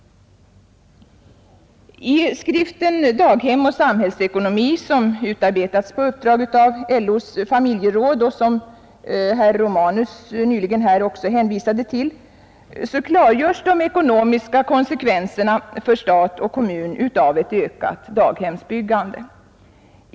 I skriften Daghem och samhällsekonomi, som utarbetats på uppdrag av LO:s familjeråd och som herr Romanus nyligen här också hänvisade till, klargörs de ekonomiska konsekvenserna för stat och kommun av ett ökat daghemsbyggande.